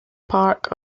park